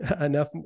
enough